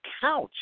couch